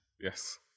Yes